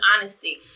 honesty